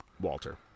Walter